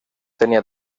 tenía